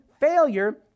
failure